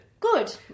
Good